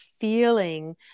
feeling